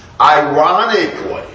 Ironically